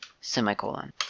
semicolon